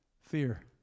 Fear